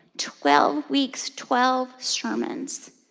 twelve weeks, twelve sermons.